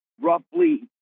roughly